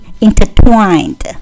intertwined